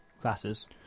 classes